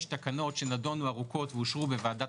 יש תקנות שנדונו ארוכות ואושרו בוועדת